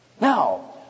Now